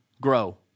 grow